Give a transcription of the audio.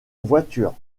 voiture